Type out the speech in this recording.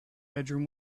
bedroom